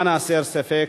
למען הסר ספק,